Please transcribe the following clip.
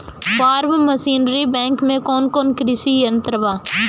Form machinery bank में कौन कौन कृषि यंत्र बा?